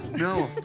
no,